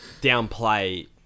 Downplay